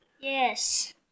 Yes